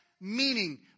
meaning